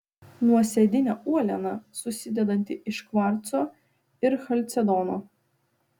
nuosėdinė uoliena susidedanti iš kvarco ir chalcedono